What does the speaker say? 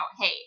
hey